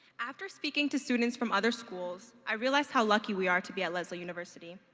after speaking to students from other schools i realized how lucky we are to be at lesley university.